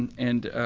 and and,